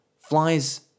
flies